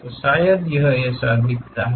तो शायद यह ऐसा दिखता है